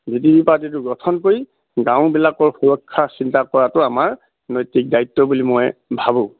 V D P পাৰ্টিটো গঠন পৰি গাঁওবিলাকৰ সুৰক্ষা চিন্তা কৰাটো আমাৰ নৈতিক দায়িত্ব বুলি মই ভাবোঁ